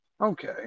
Okay